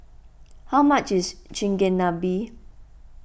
how much is Chigenabe